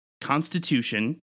constitution